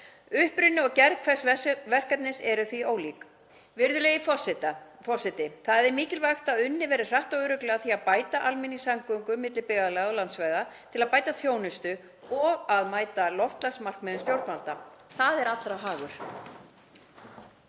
Uppruni og gerð hvers verkefnis eru því ólík. Virðulegi forseti. Það er mikilvægt að unnið verði hratt og örugglega að því að bæta almenningssamgöngur milli byggðarlaga og landsvæða til að bæta þjónustu og mæta loftslagsmarkmiðum stjórnvalda. Það er allra hagur.